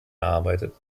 erarbeitet